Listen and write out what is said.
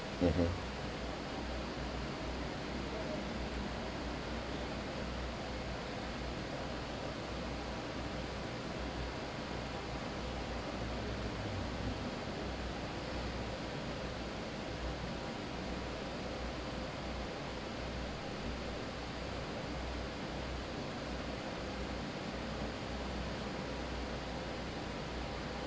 mm mm